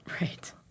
Right